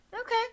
Okay